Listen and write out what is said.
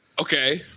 Okay